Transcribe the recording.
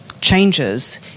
changes